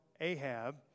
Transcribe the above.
Ahab